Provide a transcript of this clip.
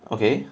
okay